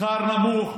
שכר נמוך,